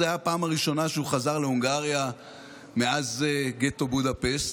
זו הייתה הפעם הראשונה שהוא חזר להונגריה מאז גטו בודפשט,